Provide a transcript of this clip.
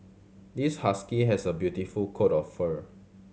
this husky has a beautiful coat of fur